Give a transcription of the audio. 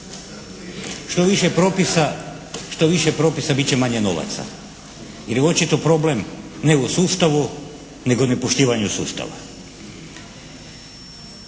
došao najbolji. Što više propisa bit će manje novaca jer je očito problem ne u sustavu nego u nepoštivanju sustava.